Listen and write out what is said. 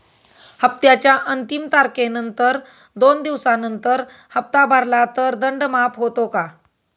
हप्त्याच्या अंतिम तारखेनंतर दोन दिवसानंतर हप्ता भरला तर दंड माफ होतो का?